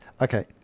Okay